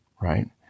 right